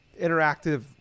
interactive